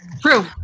True